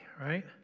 right